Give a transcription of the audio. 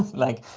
like,